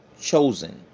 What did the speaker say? chosen